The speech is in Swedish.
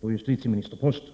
på justitieministerposten.